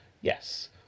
Yes